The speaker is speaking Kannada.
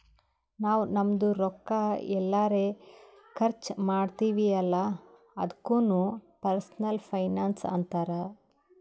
ನಾವ್ ನಮ್ದು ರೊಕ್ಕಾ ಎಲ್ಲರೆ ಖರ್ಚ ಮಾಡ್ತಿವಿ ಅಲ್ಲ ಅದುಕ್ನು ಪರ್ಸನಲ್ ಫೈನಾನ್ಸ್ ಅಂತಾರ್